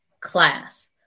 class